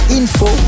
info